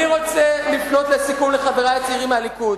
אני רוצה לפנות לחברי הצעירים מהליכוד.